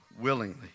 willingly